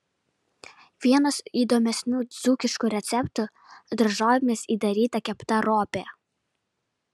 vienas įdomesnių dzūkiškų receptų daržovėmis įdaryta kepta ropė